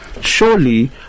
Surely